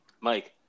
Mike